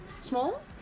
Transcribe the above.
small